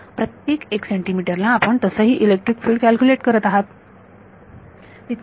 प्रत्येक एक सेंटिमीटर ला आपण तसंही इलेक्ट्रिक फिल्ड कॅल्क्युलेट करत आहात